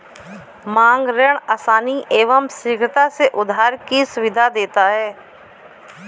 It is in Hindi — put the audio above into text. मांग ऋण आसानी एवं शीघ्रता से उधार की सुविधा देता है